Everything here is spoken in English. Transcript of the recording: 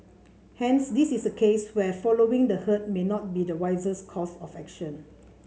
hence this is a case where following the herd may not be the wisest course of action